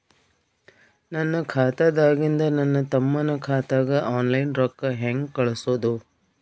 ನನ್ನ ಖಾತಾದಾಗಿಂದ ನನ್ನ ತಮ್ಮನ ಖಾತಾಗ ಆನ್ಲೈನ್ ರೊಕ್ಕ ಹೇಂಗ ಕಳಸೋದು?